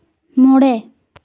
ᱢᱚᱬᱮ